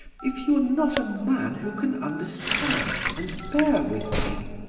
if you are not a man who can understand and bear with me.